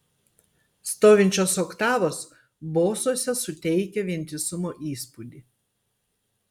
stovinčios oktavos bosuose suteikia vientisumo įspūdį